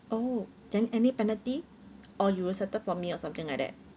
oh then any penalty or you will settle for me or something like that